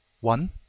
one